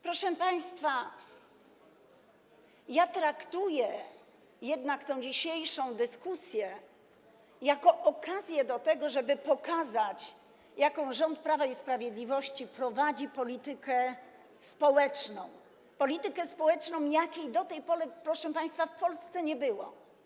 Proszę państwa, ja traktuję jednak tę dzisiejszą dyskusję jako okazję do tego, żeby pokazać, jaką rząd Prawa i Sprawiedliwości prowadzi politykę społeczną, politykę społeczną, jakiej do tej pory, proszę państwa, w Polsce nie było.